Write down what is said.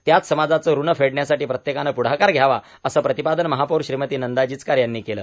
त्याच समाजाचे ऋण फेडण्यासाठी प्रत्येकाने पुढाकार घ्यावा असे प्रतिपादान महापौर श्रीमती नंदा जिघकार यांनी केले